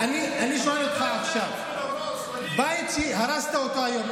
אני שואל אותך עכשיו: בית שהרסת אותו היום,